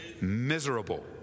Miserable